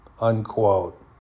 unquote